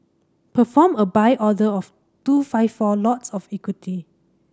perform a Buy order of two five four lots of equity